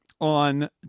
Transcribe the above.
on